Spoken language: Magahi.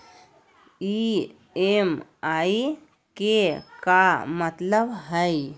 ई.एम.आई के का मतलब हई?